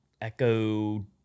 Echo